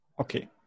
Okay